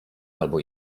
albo